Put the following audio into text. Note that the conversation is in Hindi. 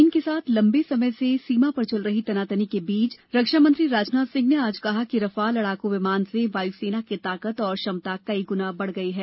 चीन के साथ लंबे समय से सीमा पर चल रही तनातनी के बीच रक्षा मंत्री राजनाथ सिंह ने आज कहा कि रफाल लड़ाकू विमान से वायु सेना की ताकत और क्षमता कई गुना बढ गयी है